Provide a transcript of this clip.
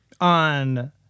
On